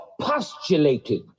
postulated